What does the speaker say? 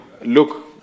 Look